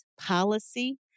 policy